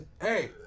hey